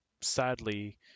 sadly